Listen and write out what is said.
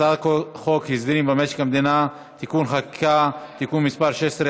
חוק הסדרים במשק המדינה (תיקוני חקיקה) (תיקון מס' 16),